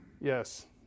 yes